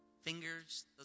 Fingers